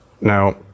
Now